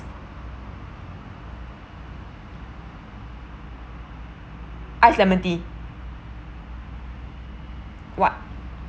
ice lemon tea what